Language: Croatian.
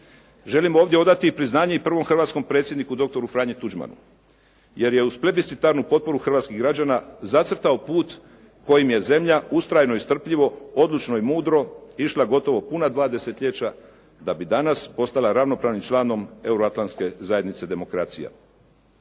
Želim ovdje odati priznanje i prvom hrvatskom predsjedniku, doktoru Franji Tuđmanu jer je uz plebiscitarnu potporu hrvatskih građana zacrtao put kojim je zemlja ustrajno i strpljivo, odlučno i mudro išla gotovo puna dva desetljeća, da bi danas postala ravnopravnim članom Euroatlantske zajednice demokracija.